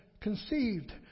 conceived